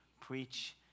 preach